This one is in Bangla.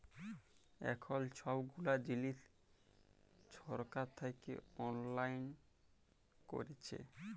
এখল ছব গুলা জিলিস ছরকার থ্যাইকে অললাইল ক্যইরেছে